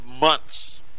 months